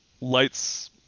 lights